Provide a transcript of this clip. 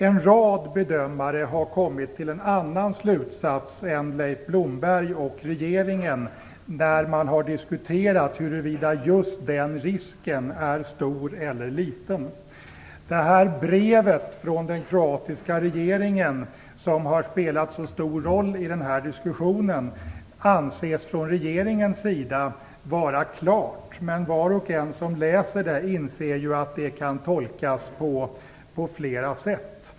En rad bedömare har kommit till en annan slutsats än Leif Blomberg och regeringen när man har diskuterat huruvida just den risken är stor eller liten. Den kroatiska regeringens brev, som har spelat så stor roll i diskussionen, anses av den svenska regeringens representanter vara klart, men var och en som läser det inser att det kan tolkas på flera sätt.